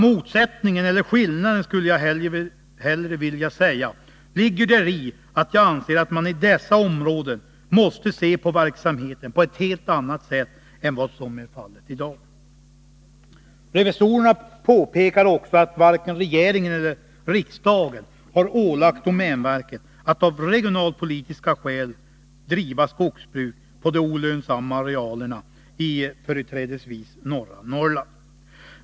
Motsättningen — eller skillnaden, skulle jag hellre vilja säga — ligger däri att jag anser att man i dessa områden måste se på verksamheten på ett helt annat sätt än vad som är fallet i dag. Revisorerna påpekar att varken regeringen eller riksdagen har ålagt domänverket att av regionalpolitiska skäl driva skogsbruk på de olönsamma arealerna i företrädesvis norra Norrland.